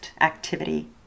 activity